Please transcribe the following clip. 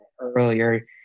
earlier